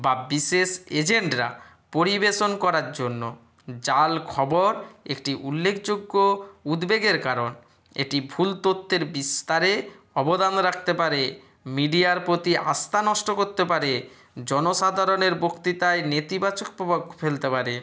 বা বিশেষ এজেন্টরা পরিবেশন করার জন্য জাল খবর একটি উল্লেখযোগ্য উদ্বেগের কারণ এটি ভুল তথ্যের বিস্তারে অবদান রাখতে পারে মিডিয়ার প্রতি আস্থা নষ্ট করতে পারে জনসাধারণের বক্তৃতায় নেতিবাচক প্রভাব ফেলতে পারে